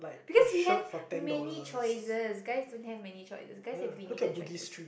because we have many choices guys don't have many choices guys have limited choices